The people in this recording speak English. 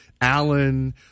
Allen